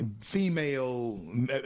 female